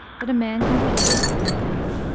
that a man can be freed from the ban.